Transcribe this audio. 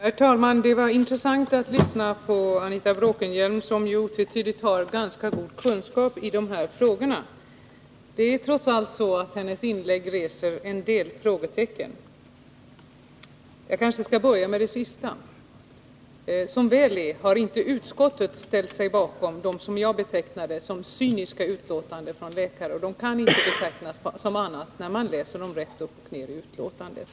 Herr talman! Det var intressant att lyssna till Anita Bråkenhielm, som otvetydigt har ganska goda kunskaper i dessa frågor. Trots allt reser hennes inlägg en del frågetecken. Låt mig börja med det sista. Som väl är har inte utskottet ställt sig bakom de utlåtanden från läkare som jag betecknade som cyniska. De kan inte betecknas på något annat sätt sedan man läst dem rätt upp och ned.